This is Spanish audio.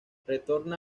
retorna